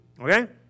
okay